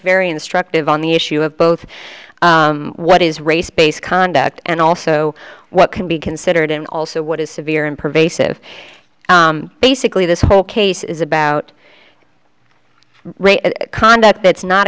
very instructive on the issue of both what is race based conduct and also what can be considered and also what is severe and pervasive basically this whole case is about conduct it's not